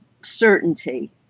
certainty